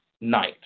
night